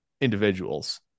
individuals